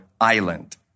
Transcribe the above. island